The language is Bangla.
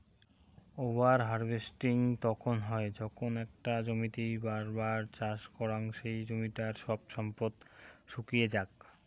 ওভার হার্ভেস্টিং তখন হই যখন একটা জমিতেই বার বার চাষ করাং সেই জমিটার সব সম্পদ শুষিয়ে যাক